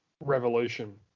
revolution